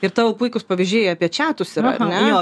ir tavo puikūs pavyzdžiai apie čiatus yra ar ne